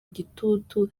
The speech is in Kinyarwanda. igitutu